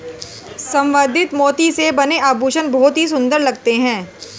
संवर्धित मोती से बने आभूषण बहुत ही सुंदर लगते हैं